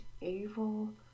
evil